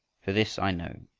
this i know,